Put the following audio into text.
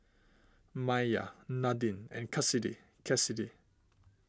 Maiya Nadine and Kassidy Kassidy